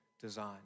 design